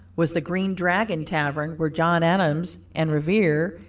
was the green dragon tavern where john adams, and revere,